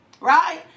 right